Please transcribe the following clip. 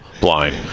blind